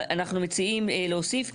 אנחנו מציעים להוסיף "אבל,